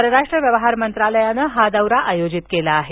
परराष्ट्र व्यवहार मंत्रालयानं हा दौरा आयोजित केला आहे